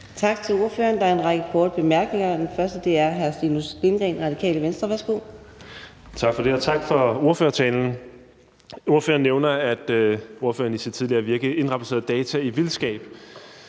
Tak til ordføreren. Der er en række korte bemærkninger. Den første er fra hr. Stinus Lindgreen, Radikale Venstre. Værsgo. Kl. 12:35 Stinus Lindgreen (RV): Tak for det, og tak for ordførertalen. Ordføreren nævner, at ordføreren i sit tidligere virke indrapporterede data i vildskab,